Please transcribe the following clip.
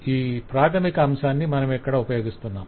ఈ ప్రాధమిక అంశాన్ని మనమిక్కడ ఉపయోగిస్తున్నాం